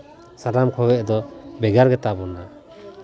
ᱥᱟᱱᱟᱢ ᱠᱚᱠᱷᱚᱱ ᱫᱚ ᱵᱷᱮᱜᱟᱨ ᱜᱮᱛᱟ ᱵᱚᱱᱟ